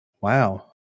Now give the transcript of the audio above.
Wow